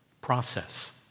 process